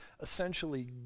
essentially